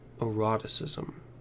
Eroticism